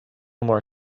more